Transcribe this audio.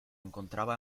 encontraba